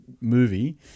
movie